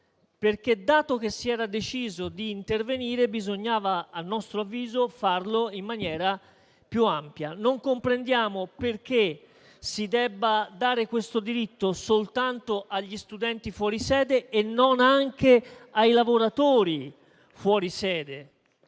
infatti che si era deciso di intervenire, bisognava - a nostro avviso - farlo in maniera più ampia. Non comprendiamo perché si debba dare questo diritto soltanto agli studenti fuori sede e non anche ai lavoratori fuori sede.